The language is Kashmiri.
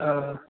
آ